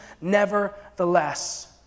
nevertheless